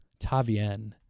Tavian